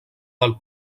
del